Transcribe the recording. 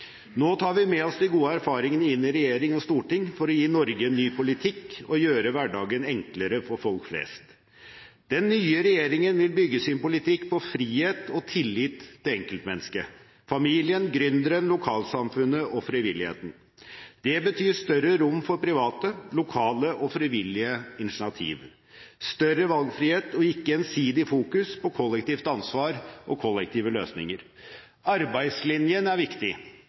Nå tar vi med oss de gode erfaringene inn i regjering og storting for å gi Norge en ny politikk og gjøre hverdagen enklere for folk flest. Den nye regjeringen vil bygge sin politikk på frihet og tillit til enkeltmennesket, familien, gründeren, lokalsamfunnet og frivilligheten. Det betyr større rom for private, lokale og frivillige initiativ, større valgfrihet og ikke ensidig fokus på kollektivt ansvar og kollektive løsninger. Arbeidslinjen er viktig,